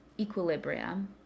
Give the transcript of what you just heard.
Equilibrium